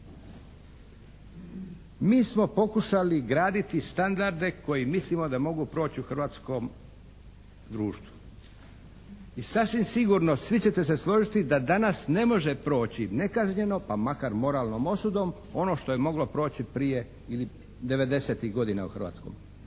Mi smo pokušali graditi standarde koje mislimo da mogu proći u hrvatskom društvu. I sasvim sigurno, svi ćete se složiti da danas ne može proći nekažnjeno, pa makar moralnom osudom ono što je moglo proći prije ili '90.-ih godina u hrvatskom